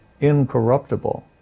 incorruptible